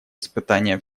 испытания